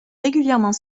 régulièrement